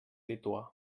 lituà